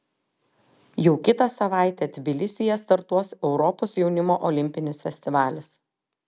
jau kitą savaitę tbilisyje startuos europos jaunimo olimpinis festivalis